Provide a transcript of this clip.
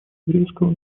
еврейского